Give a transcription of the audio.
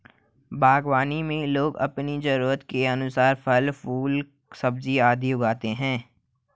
बागवानी में लोग अपनी जरूरत के अनुसार फल, फूल, सब्जियां आदि उगाते हैं